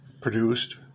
produced